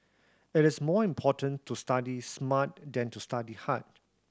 it is more important to study smart than to study hard